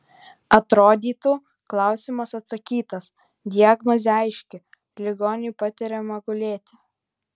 atrodytų klausimas atsakytas diagnozė aiški ligoniui patariama gulėti